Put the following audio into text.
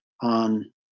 on